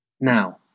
now